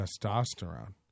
testosterone